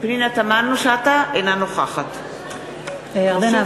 אינה נוכחת ירדנה,